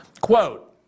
quote